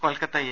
Kolkata A